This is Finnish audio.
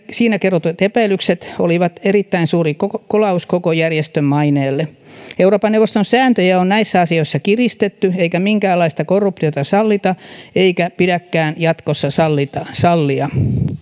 siinä kerrotut epäilykset olivat erittäin suuri kolaus koko järjestön maineelle euroopan neuvoston sääntöjä on näissä asioissa kiristetty eikä minkäänlaista korruptiota sallita eikä pidäkään jatkossa sallia